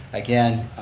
again,